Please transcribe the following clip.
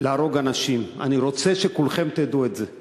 להרוג אנשים, אני רוצה שכולכם תדעו את זה.